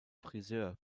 frisör